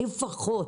לפחות,